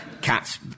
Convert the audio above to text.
cats